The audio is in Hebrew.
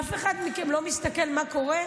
אף אחד מכם לא מסתכל מה קורה?